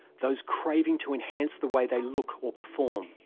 those craving to enhance the way they look or perform.